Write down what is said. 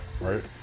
right